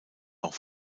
auch